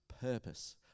purpose